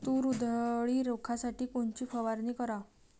तूर उधळी रोखासाठी कोनची फवारनी कराव?